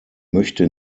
möchte